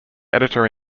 editor